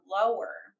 lower